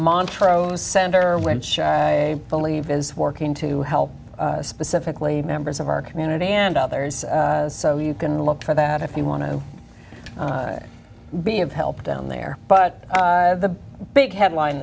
montrose center which i believe is working to help specifically members of our community and others so you can look for that if you want to be of help down there but the big headline